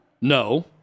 No